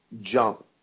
jump